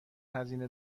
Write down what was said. هزینه